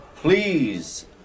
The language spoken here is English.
Please